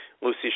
Lucy